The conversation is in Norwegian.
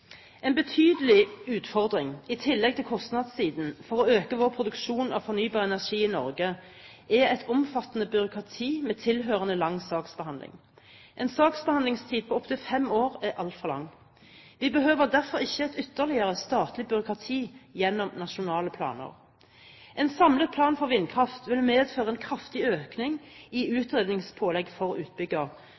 En betydelig utfordring, i tillegg til kostnadssiden, når vi skal øke vår produksjon av fornybar energi i Norge, er et omfattende byråkrati med tilhørende lang saksbehandling. En saksbehandlingstid på opptil fem år er altfor lang. Vi behøver derfor ikke et ytterligere statlig byråkrati gjennom nasjonale planer. En samlet plan for vindkraft vil medføre en kraftig økning i utredningspålegg for utbygger,